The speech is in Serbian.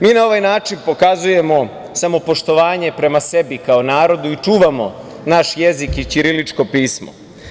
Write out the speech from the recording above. Mi na ovaj način pokazujemo samopoštovanje prema sebi kao narodu i čuvamo naš jezik i ćiriličko pismo.